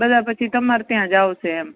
બધા પછી તમારે ત્યાં જ આવશે એમ